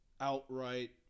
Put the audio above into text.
outright